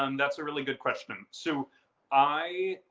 um that's a really good question. so i,